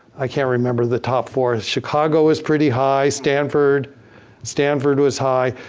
i can't remember the top four. chicago is pretty high, stanford stanford was high.